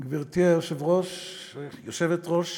גברתי היושבת-ראש,